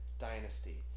dynasty